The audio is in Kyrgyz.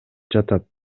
жатат